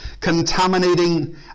contaminating